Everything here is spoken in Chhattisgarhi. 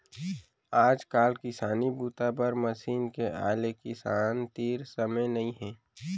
आजकाल किसानी बूता बर मसीन के आए ले किसान तीर समे नइ हे